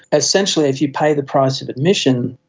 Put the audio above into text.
essentially if you pay the price of admission,